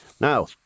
Now